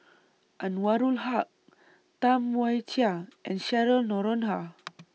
Anwarul Haque Tam Wai Jia and Cheryl Noronha